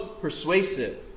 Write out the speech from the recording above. persuasive